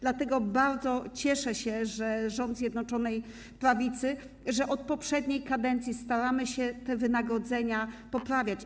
Dlatego bardzo cieszę się, że rząd Zjednoczonej Prawicy od poprzedniej kadencji stara się te wynagrodzenia poprawiać.